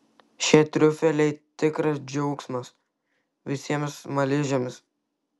šie triufeliai tikras džiaugsmas visiems smaližiams